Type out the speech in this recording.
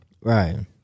Right